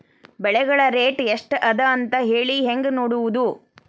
ಬೆಳೆಗಳ ರೇಟ್ ಎಷ್ಟ ಅದ ಅಂತ ಹೇಳಿ ಹೆಂಗ್ ನೋಡುವುದು?